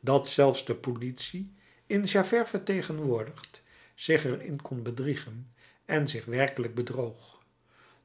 dat zelfs de politie in javert vertegenwoordigd zich er in kon bedriegen en zich werkelijk bedroog